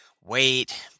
wait